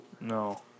No